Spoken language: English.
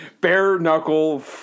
bare-knuckle